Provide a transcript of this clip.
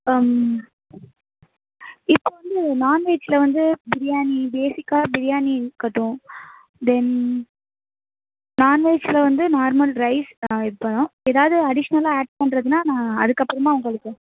இப்போது வந்து நான்வெஜ்ஜில் வந்து பிரியாணி பேஸிக்காக பிரியாணி இருக்கட்டும் தென் நான்வெஜ்ஜில் வந்து நார்மல் ரைஸ் இருக்கணும் ஏதாவது அடிஷ்னலாக ஆட் பண்ணுறதுன்னா நான் அதுக்கப்புறம் நான் உங்களுக்கு